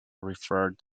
referred